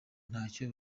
ntacyo